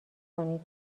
کنید